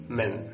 men